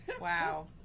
Wow